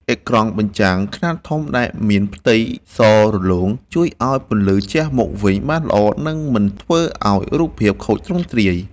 អេក្រង់បញ្ចាំង ខ្នាតធំដែលមានផ្ទៃពណ៌សរលោង ជួយឱ្យពន្លឺជះមកវិញបានល្អ និងមិនធ្វើឱ្យរូបភាពខូចទ្រង់ទ្រាយ។